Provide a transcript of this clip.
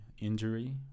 injury